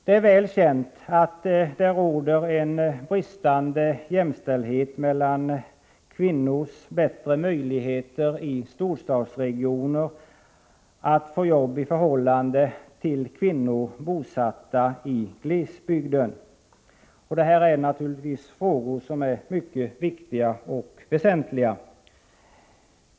Det är väl känt att det råder en bristande jämställdhet mellan kvinnor i storstadsregioner, som har bättre möjligheter att få jobb, och kvinnor bosatta i glesbygden. Detta är naturligtvis mycket väsentliga frågor.